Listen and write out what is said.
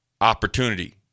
opportunity